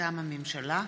מטעם הממשלה,